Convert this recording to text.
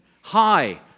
Hi